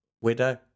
widow